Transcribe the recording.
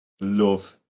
love